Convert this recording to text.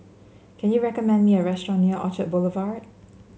can you recommend me a restaurant near Orchard Boulevard